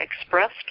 expressed